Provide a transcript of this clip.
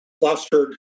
clustered